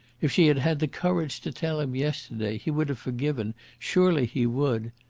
if she had had the courage to tell him yesterday, he would have forgiven, surely he would!